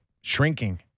Shrinking